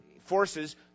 forces